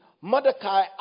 Mordecai